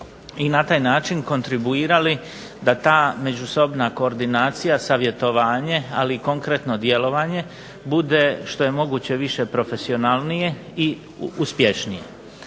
i na taj način kontribuirali da ta međusobna koordinacija savjetovanje, ali i konkretno djelovanje bude što je moguće više profesionalnije i uspješnije.